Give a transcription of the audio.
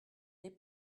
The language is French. n’est